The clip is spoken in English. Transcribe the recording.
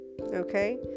okay